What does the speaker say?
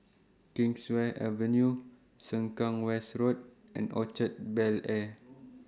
Kingswear Avenue Sengkang West Road and Orchard Bel Air